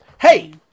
Hey